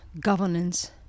governance